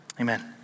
Amen